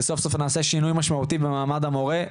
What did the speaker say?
וסוף סוף נעשה שינוי משמעותי במעמד המורה,